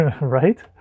Right